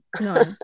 None